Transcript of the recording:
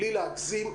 בלי להגזים,